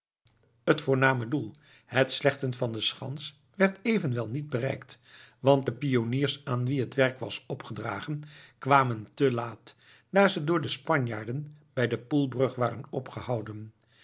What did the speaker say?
het voorname doel het slechten van de schans werd evenwel niet bereikt want de pioniers aan wie het werk was opgedragen kwamen te laat daar ze door de spanjaarden bij de poelbrug waren opgehouden